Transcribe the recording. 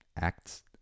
acts